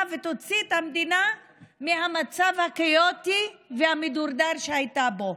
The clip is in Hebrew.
ותוציא את המדינה מהמצב הכאוטי והמדורדר שהיה פה.